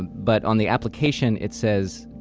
but on the application, it says,